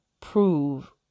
prove